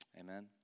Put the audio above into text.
Amen